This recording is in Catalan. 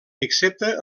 excepte